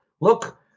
look